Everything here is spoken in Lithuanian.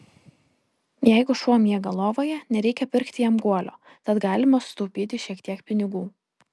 jeigu šuo miega lovoje nereikia pirkti jam guolio tad galima sutaupyti šiek tiek pinigų